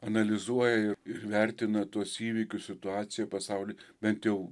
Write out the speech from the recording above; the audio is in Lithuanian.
analizuoja ir ir vertina tuos įvykius situaciją pasauly bent jau